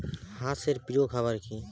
হাঁস এর প্রিয় খাবার কি?